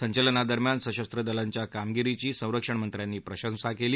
संचालनादरम्यान सशस्त्र दलांच्या कामगिरीची संरक्षणमंत्र्यांनी प्रशंसा केली